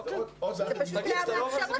אבל עוד מעט --- אז תגיד שאתה לא אומר שזה בלתי אפשרי.